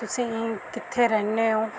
ਤੁਸੀਂ ਕਿੱਥੇ ਰਹਿੰਦੇ ਹੋ